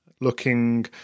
looking